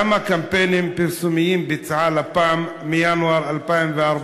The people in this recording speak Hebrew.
כמה קמפיינים פרסומיים ביצעה לפ"מ מינואר 2014